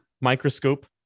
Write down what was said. microscope